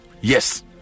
Yes